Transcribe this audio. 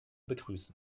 begrüßen